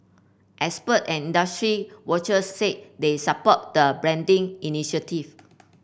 expert and industry watchers said they support the branding initiative